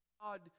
God